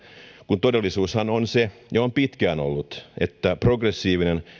kun todellisuushan on se ja on pitkään ollut että progressiivinen